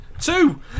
two